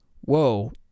whoa